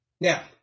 Now